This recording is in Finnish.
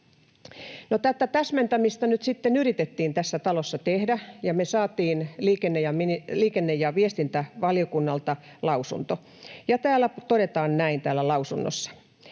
tätä täsmentämistä nyt sitten yritettiin tässä talossa tehdä, ja me saatiin liikenne- ja viestintävaliokunnalta lausunto. Ja täällä lausunnossa todetaan näin: